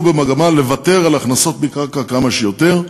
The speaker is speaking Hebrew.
במגמה לוותר על הכנסות מקרקע כמה שיותר,